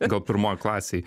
gal pirmoj klasėj